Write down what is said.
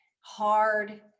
hard